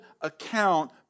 account